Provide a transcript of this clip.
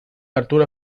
arturo